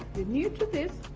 new to this,